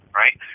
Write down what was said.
right